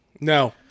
no